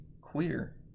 queer